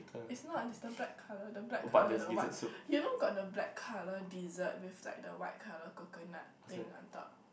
is not is the black colour the black colour the what you know got the black colour dessert with like the white colour coconut thing on top